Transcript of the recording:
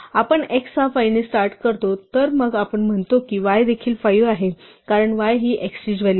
आपण x हा 5 ने स्टार्ट करतो मग आपण म्हणतो की y देखील 5 आहे कारण y हि x चीच व्हॅल्यू आहे